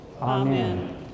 Amen